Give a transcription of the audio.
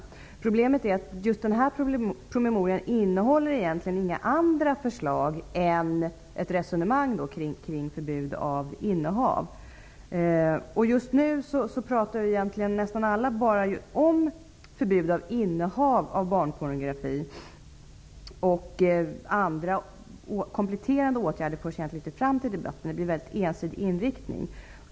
Problemet är att promemorian egentligen inte innehåller några andra förslag. Den upptar bara ett resonemang kring ett förbud mot innehav. Just nu pratar nästan alla bara om ett förbud mot innehav av barnpornografi. Förslag om kompletterande åtgärder förs egentligen inte fram till debatt -- inriktningen blir väldigt ensidig.